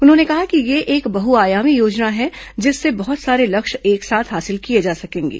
उन्होंने कहा कि यह एक बहुआयामी योजना है जिससे बहुत सारे लक्ष्य एक साथ हासिल किए जा सकेंगे